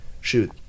Shoot